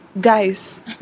Guys